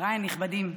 חבריי הנכבדים,